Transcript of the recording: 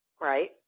Right